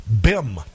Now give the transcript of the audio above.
Bim